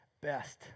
best